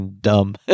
dumb